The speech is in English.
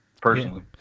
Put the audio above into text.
personally